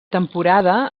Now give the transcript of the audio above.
temporada